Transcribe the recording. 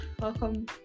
welcome